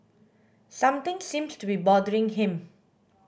something seems to be bothering him